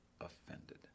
offended